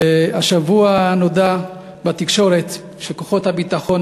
והשבוע נודע בתקשורת שכוחות הביטחון